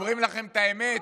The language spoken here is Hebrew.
אומרים לכם את האמת,